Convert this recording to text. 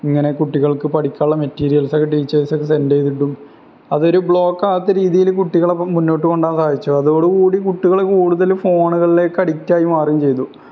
ഇങ്ങനെ കുട്ടികൾക്ക് പഠിക്കാനുള്ള മെറ്റീരിയൽസൊക്കെ ടീച്ചേഴ്സൊക്കെ സെൻറ്റ് ചെയ്തിട്ടും അതൊരു ബ്ലോക്കാകാത്ത രീതിയില് കുട്ടികളെ മുന്നോട്ടു കൊണ്ടുപോവാൻ സാധിച്ചു അതോടുകൂടി കുട്ടികള് കൂടുതലും ഫോണുകളിലേക്ക് അഡിക്റ്റായി മാറുകയും ചെയ്തു